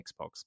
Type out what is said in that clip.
xbox